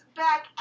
back